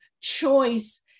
choice